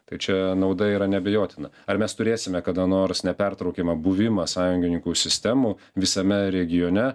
tai čia nauda yra neabejotina ar mes turėsime kada nors nepertraukiamą buvimą sąjungininkų sistemų visame regione